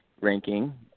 ranking